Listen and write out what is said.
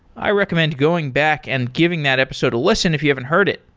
i recommend going back and giving that episode a listen if you haven't heard it.